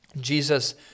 Jesus